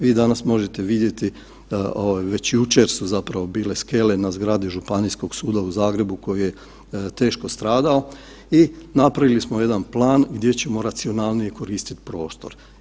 Vi danas možete vidjeti već jučer su zapravo bile skele na zgradi Županijskog suda u Zagrebu koje je teško stradao i napravili smo jedan plan gdje ćemo racionalnije koristiti prostor.